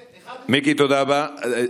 מיקי, תודה רבה.